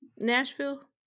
nashville